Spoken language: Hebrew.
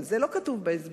אבל זה לא כתוב בהסברים.